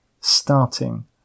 starting